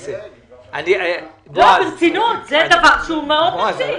זה דבר שהוא מאוד מציק.